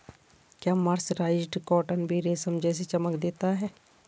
क्या mercerised cotton भी रेशम जैसी चमक देता है?